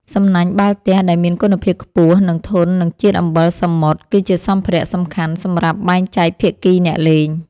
សំណាញ់បាល់ទះដែលមានគុណភាពខ្ពស់ និងធន់នឹងជាតិអំបិលសមុទ្រ គឺជាសម្ភារៈសំខាន់សម្រាប់បែងចែកភាគីអ្នកលេង។